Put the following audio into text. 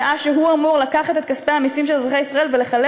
בשעה שהוא אמור לקחת את כספי המסים של אזרחי ישראל ולחלק